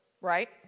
right